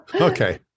okay